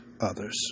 others